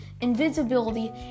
invisibility